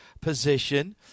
position